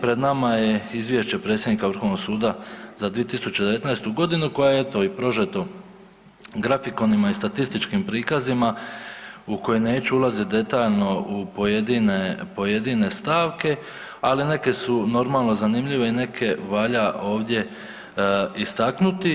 Pred nama je izvješće predsjednika Vrhovnog suda za 2019. godinu koje je eto i prožeto i grafikonima i statističkim prikazima u koje neću ulaziti detaljno u pojedine, pojedine stavke, ali neke su normalno zanimljive i neke valja ovdje istaknuti.